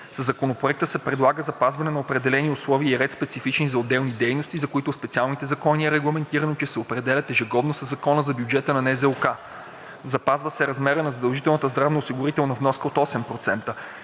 Със Законопроекта се предлага запазване на определени условия и ред, специфични за отделни дейности, за които в специалните закони е регламентирано, че се определят ежегодно със Закона за бюджета на НЗОК. Запазва се размерът на задължителна здравноосигурителна вноска от 8%.